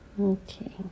okay